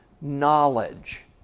knowledge